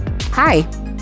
Hi